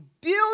build